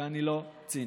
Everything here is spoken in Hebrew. ואני לא ציני.